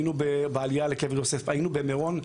היינו בעלייה לקבר יוסף, היינו במירון.